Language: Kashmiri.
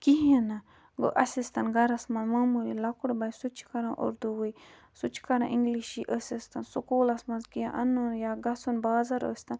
کِہیٖنۍ نہٕ گوٚو اسہِ ٲسۍ تَن گھرَس مَنٛز معموٗلی لۄکُٹ بَچہِ سُہ تہِ چھُ کَران اردوٕے سُہ تہِ چھُ کَران اِنٛگلِشی اسہِ ٲسۍ تَن سکوٗلَس مَنٛز کیٚنٛہہ اَنُن یا گَژھُن بازَر ٲسۍ تَن